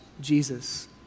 Jesus